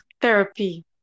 therapy